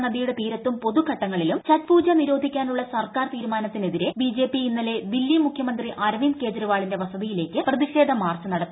ഡൽ ഹിയിൽ യമുന നദിയുടെ തീരത്തും പൊതുഘട്ടങ്ങളിലും ഛഠ് പൂജ നിരോധിക്കാനുള്ള സർക്കാർ തീരുമാനത്തിനെതിരെ ബിജെ പി ഇന്നലെ ദില്ലി മുഖ്യമന്ത്രി അരവിന്ദ് കെജ്രിവാളിന്റെ വസതിയിലേക്ക് പ്രതിഷേധ മാർച്ച് നടത്തി